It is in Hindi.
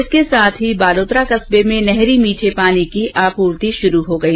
इसके साथ ही बालोतरा कस्बे में नहरी मीठे पानी की आपूर्ति शुरू हो गई